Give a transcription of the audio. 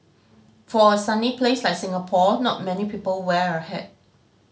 for a sunny place like Singapore not many people wear a hat